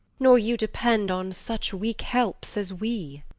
nor you depend on such weak helps as we.